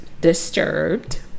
disturbed